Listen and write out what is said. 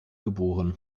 geboren